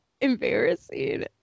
embarrassing